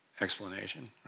explanation